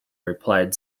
replied